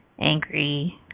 angry